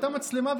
הייתה מצלמה,